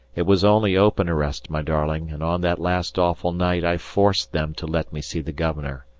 it was only open arrest, my darling, and on that last awful night i forced them to let me see the governor.